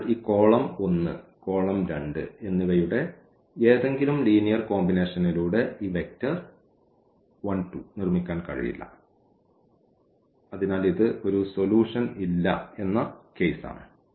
അതിനാൽ ഈ കോളം 1 ഈ കോളം 2 എന്നിവയുടെ ഏതെങ്കിലും ലീനിയർ കോമ്പിനേഷനിലൂടെ ഈ വെക്റ്റർ 1 2 നിർമ്മിക്കാൻ കഴിയില്ല അതിനാൽ ഇത് ഒരു സൊലൂഷൻ ഇല്ല എന്ന കേസാണ്